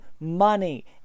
money